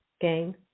gang